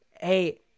Hey